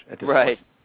Right